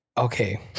Okay